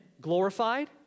glorified